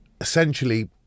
essentially